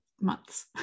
months